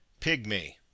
Pygmy